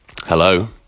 Hello